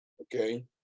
okay